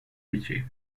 ritchie